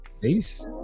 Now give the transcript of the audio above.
Peace